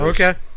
Okay